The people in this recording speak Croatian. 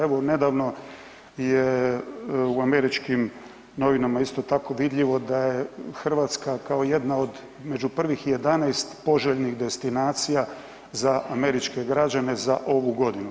Evo nedavno je u američkim novinama isto tako vidljivo da je Hrvatska kao jedna od među prvih 11 poželjnih za američke građane za ovu godinu.